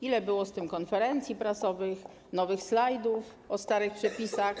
Ile było z tym konferencji prasowych, nowych slajdów o starych przepisach.